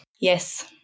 Yes